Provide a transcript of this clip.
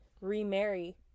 remarry